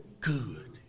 good